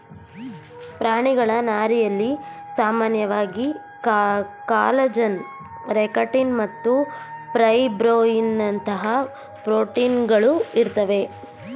ಪ್ರಾಣಿಗಳ ನಾರಿನಲ್ಲಿ ಸಾಮಾನ್ಯವಾಗಿ ಕಾಲಜನ್ ಕೆರಟಿನ್ ಮತ್ತು ಫೈಬ್ರೋಯಿನ್ನಂತಹ ಪ್ರೋಟೀನ್ಗಳು ಇರ್ತವೆ